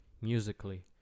musically